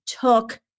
took